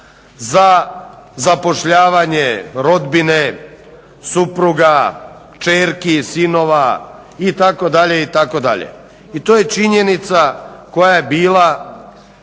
za zapošljavanje rodbine, supruga, kćerki, sinova itd., itd. i to je činjenica koja je bila